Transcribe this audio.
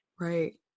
right